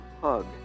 hug